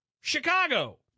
Chicago